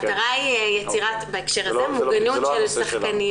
המטרה בהקשר הזה היא יצירת מוגנות של שחקניות.